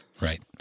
Right